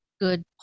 good